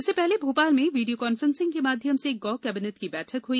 इसके पहले भोपाल में वीडियो कॉन्फ्रेंसिंग के माध्यम से गौ कैबिनेट की बैठक हुई